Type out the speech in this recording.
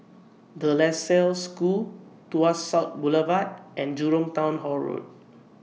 De La Salle School Tuas South Boulevard and Jurong Town Hall Road